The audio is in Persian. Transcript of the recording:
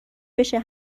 بشه